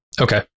Okay